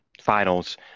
finals